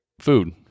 food